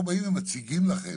אנחנו באים ומציגים לכם